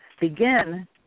begin